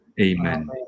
amen